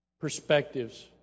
perspectives